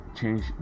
change